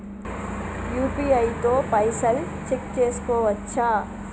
UPI తో పైసల్ check చేసుకోవచ్చా?